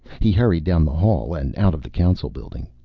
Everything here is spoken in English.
he hurried down the hall and out of the council building.